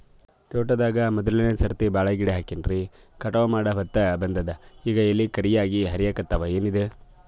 ತೋಟದಾಗ ಮೋದಲನೆ ಸರ್ತಿ ಬಾಳಿ ಗಿಡ ಹಚ್ಚಿನ್ರಿ, ಕಟಾವ ಮಾಡಹೊತ್ತ ಬಂದದ ಈಗ ಎಲಿ ಕರಿಯಾಗಿ ಹರಿಲಿಕತ್ತಾವ, ಏನಿದು?